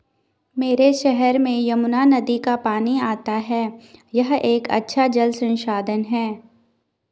मेरे शहर में यमुना नदी का पानी आता है यह एक अच्छा जल संसाधन है